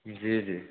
जी जी